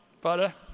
butter